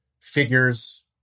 figures